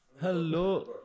Hello